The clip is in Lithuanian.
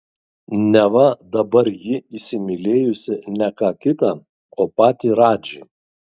neva dabar ji įsimylėjusi ne ką kitą o patį radžį